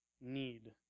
need